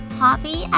hobby